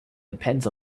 depends